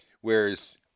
whereas